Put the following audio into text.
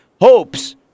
hopes